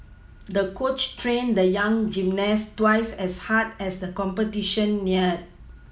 the coach trained the young gymnast twice as hard as the competition neared